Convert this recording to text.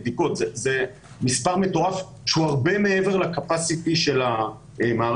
בדיקות אנטיגן ספציפית ליום כיפור פחות תהיינה רלוונטיות כי אנחנו